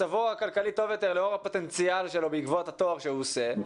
מצבו הכלכלי טוב יותר לאור הפוטנציאל שלו בעקבות התואר שהוא עושה,